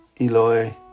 Eloi